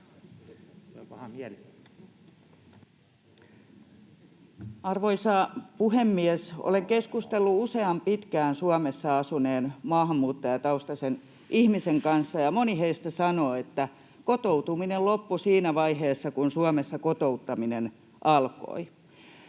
Arvoisa puhemies! Olen keskustellut usean pitkään Suomessa asuneen maahanmuuttajataustaisen ihmisen kanssa, ja moni heistä sanoo, että kotoutuminen loppui siinä vaiheessa, kun Suomessa kotouttaminen alkoi,